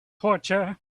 torture